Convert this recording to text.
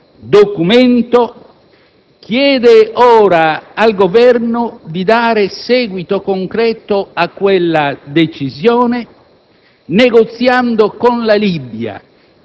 in altro analogo documento, chiede ora al Governo di dare seguito concreto a quella decisione,